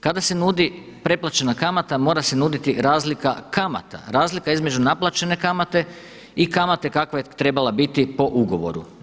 Kada se nudi preplaćena kamata mora se nuditi razlika kamata, razlika između naplaćene kamate i kamate kakva je trebala biti po ugovoru.